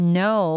no